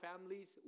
families